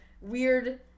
weird